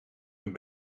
hun